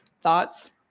Thoughts